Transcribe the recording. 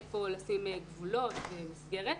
היכן לשים גבולות ומסגרת.